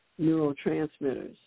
neurotransmitters